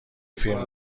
فیلم